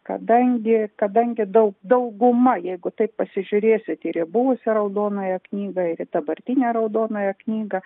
kadangi kadangi daug dauguma jeigu taip pasižiūrėsit ir į buvusią raudonąją knygą ir į dabartinę raudonąją knygą